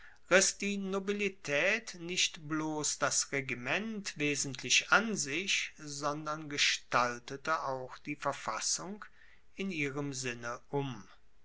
riss die nobilitaet nicht bloss das regiment wesentlich an sich sondern gestaltete auch die verfassung in ihrem sinne um